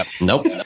Nope